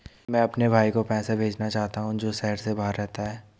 मैं अपने भाई को पैसे भेजना चाहता हूँ जो शहर से बाहर रहता है